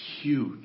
huge